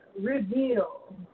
reveal